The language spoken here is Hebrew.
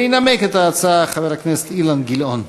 וינמק את ההצעה חבר הכנסת אילן גילאון.